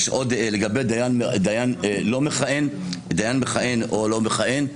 לגבי דיין מכהן או לא מכהן,